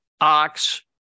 ox